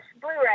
Blu-ray